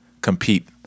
compete